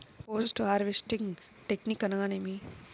Post harvesting technique అనగా నేమి?